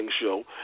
show